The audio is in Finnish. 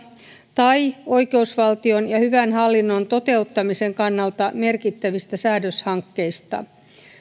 tai oikeusvaltion ja hyvän hallinnon toteuttamisen kannalta merkittävistä säädöshankkeista